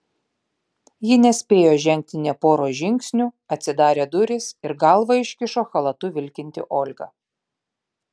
ji nespėjo žengti nė poros žingsnių atsidarė durys ir galvą iškišo chalatu vilkinti olga